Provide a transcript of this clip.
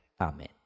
Amen